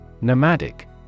Nomadic